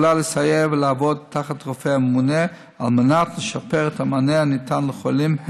יכולה לסייע ולעבוד תחת רופא ממונה על מנת לשפר את המענה הניתן לחולים,